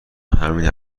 همین